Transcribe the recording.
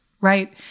Right